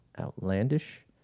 outlandish